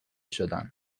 شدن